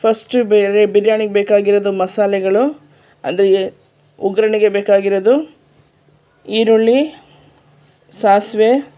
first ಬೇರೆ ಬಿರ್ಯಾನಿಗೆ ಬೇಕಾಗಿರೋದು ಮಸಾಲೆಗಳು ಅದು ಎ ಒಗ್ಗರಣೆಗೆ ಬೇಕಾಗಿರೋದು ಈರುಳ್ಳಿ ಸಾಸಿವೆ